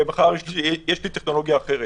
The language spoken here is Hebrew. ומחר יש טכנולוגיה אחרת